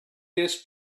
this